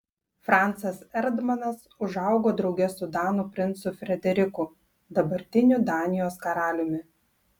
francas erdmanas užaugo drauge su danų princu frederiku dabartiniu danijos karaliumi